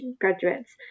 graduates